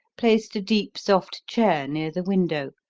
placed a deep, soft chair near the window,